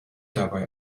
dabei